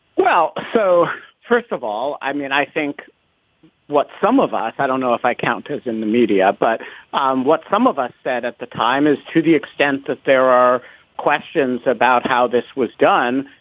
well, so first of all, i mean, i think what some of us i don't know if i count is in the media. but um what some of us said at the time is to the extent that there are questions about how this was done.